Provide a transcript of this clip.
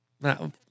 No